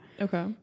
Okay